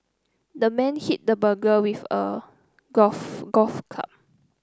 the man hit the burglar with a golf golf club